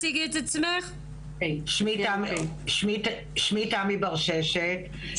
שמי תמי ברששת,